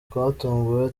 twatunguwe